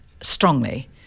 strongly